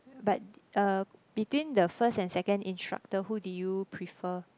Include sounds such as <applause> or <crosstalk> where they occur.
but <noise> between the first and second instructor who did you prefer